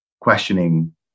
questioning